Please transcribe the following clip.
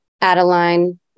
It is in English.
Adeline